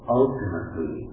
ultimately